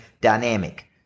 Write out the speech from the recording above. dynamic